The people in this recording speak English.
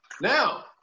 now